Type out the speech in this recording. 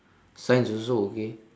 science also okay